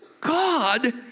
God